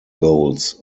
goals